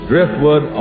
Driftwood